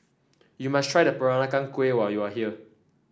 you must try the Peranakan Kueh when you are here